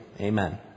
Amen